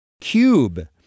cube